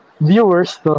viewers